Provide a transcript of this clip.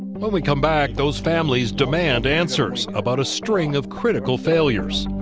when we come back those families demand answers about a string of critical failures.